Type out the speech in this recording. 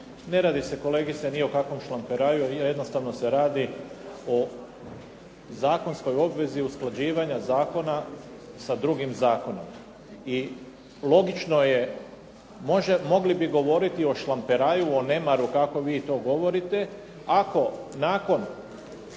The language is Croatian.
Ne radi se kolegice ni o kakvom šlamperaju, jednostavno se radi o zakonskoj obvezi usklađivanja zakona sa drugim zakonom. I logično je, mogli bi govoriti o šlamperaju, o nemaju kako vi to govorite ako nakon